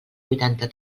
vuitanta